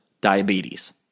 diabetes